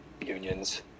unions